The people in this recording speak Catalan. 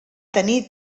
tenir